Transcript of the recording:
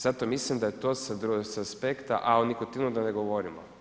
Zato mislim da je to sa aspekta, a o nikotinu da ne govorimo.